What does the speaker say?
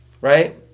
right